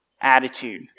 attitude